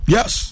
Yes